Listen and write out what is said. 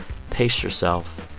pace yourself.